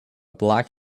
black